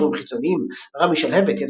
קישורים חיצוניים רמי שלהבת,